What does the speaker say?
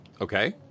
Okay